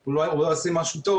אני לא אביע עמדה,